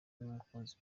n’umukunzi